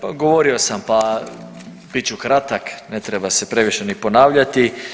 Pa govorio sam, pa bit ću kratak ne treba se previše ni ponavljati.